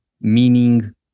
meaning